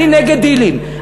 אני נגד דילים.